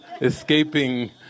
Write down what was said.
escaping